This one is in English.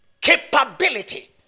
capability